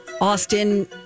Austin